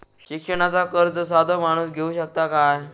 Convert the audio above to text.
शिक्षणाचा कर्ज साधो माणूस घेऊ शकता काय?